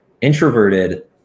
introverted